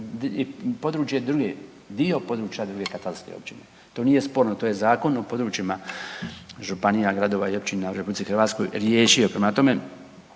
područje druge, dio područja druge katastarske općine. To nije sporno, to je Zakon o područjima županija, gradova i općina u RH riješio. Prema tome,